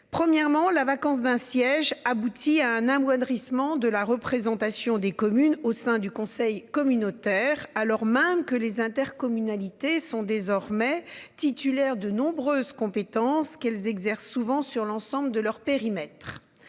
Premièrement la vacance d'un siège aboutit à un amoindrissement de la représentation des communes au sein du conseil communautaire, alors même que les intercommunalités sont désormais titulaire de nombreuses compétences qu'elles exercent souvent sur l'ensemble de leur périmètre.